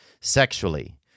sexually